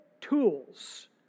tools